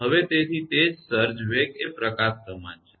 હવે તેથી તે જ સર્જ વેગ એ પ્રકાશ સમાન છે બરાબર